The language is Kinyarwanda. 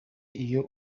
iyo